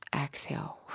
Exhale